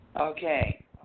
Okay